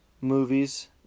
movies